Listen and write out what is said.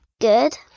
Good